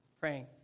praying